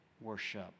worship